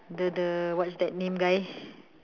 the the what is that name guy